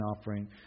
offering